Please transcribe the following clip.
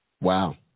Wow